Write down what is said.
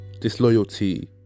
disloyalty